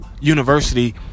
University